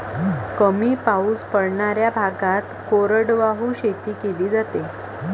कमी पाऊस पडणाऱ्या भागात कोरडवाहू शेती केली जाते